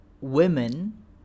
women